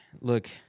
look